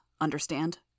Understand